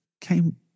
came